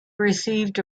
received